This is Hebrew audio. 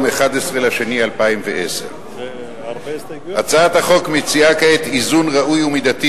11 בפברואר 2010. הצעת החוק מציעה כעת איזון ראוי ומידתי